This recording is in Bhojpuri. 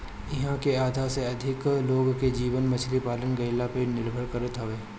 इहां के आधा से अधिका लोग के जीवन मछरी पालन कईला पे निर्भर करत हवे